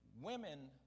Women